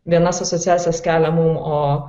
vienas asociacijas kelia mum o